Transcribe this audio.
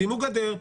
שימו גדר,